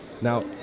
Now